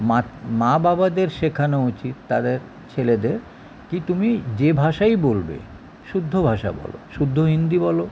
মাত মা বাবাদের শেখানো উচিত তাদের ছেলেদের কী তুমি যে ভাষাই বলবে শুদ্ধ ভাষা বলো শুদ্ধ হিন্দি বলো